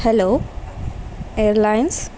hello airlines